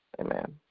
Amen